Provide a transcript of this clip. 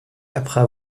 après